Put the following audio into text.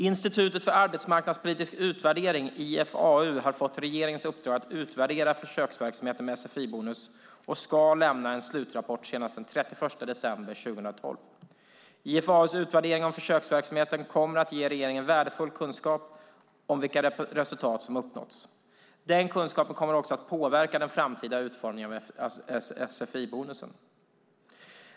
Institutet för arbetsmarknadspolitisk utvärdering, IFAU, har fått regeringens uppdrag att utvärdera försöksverksamheten med sfi-bonus och ska lämna en slutrapport senast den 31 december 2012. IFAU:s utvärdering om försöksverksamheten kommer att ge regeringen värdefull kunskap om vilka resultat som uppnåtts. Den kunskapen kommer också att påverka den framtida utformningen av sfi-bonusen.